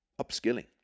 upskilling